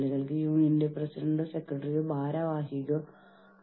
അതിനാൽ നമുക്ക് വ്യവസായ ബന്ധങ്ങളുമായി ബന്ധപ്പെട്ട വിവിധ നിയമങ്ങളുണ്ട്